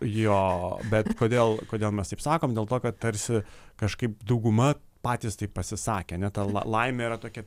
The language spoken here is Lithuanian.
jo bet kodėl kodėl mes taip sakom dėl to kad tarsi kažkaip dauguma patys taip pasisakė ane ta la laimė yra tokia